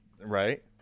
Right